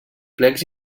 plecs